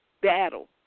battle